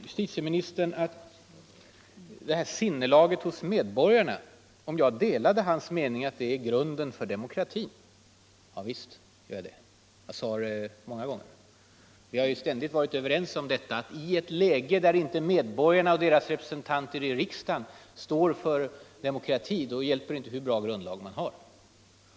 Justitieministern frågade om jag delade hans mening att det demokratiska sinnelaget hos medborgarna är grunden för demokratin. Ja, visst gör jag det. Det sade jag många gånger i mitt anförande. Vi har ständigt varit överens om att i ett läge där inte medborgarna och deras representanter i riksdagen står för demokrati hjälper det inte hur bra grundlag man har.